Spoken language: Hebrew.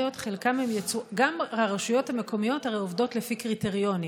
הרי גם הרשויות המקומיות עובדות לפי קריטריונים.